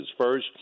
first